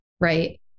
Right